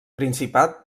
principat